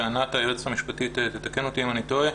וענת, היועצת המשפטית תתקן אותי אם אני טועה,